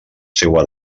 seua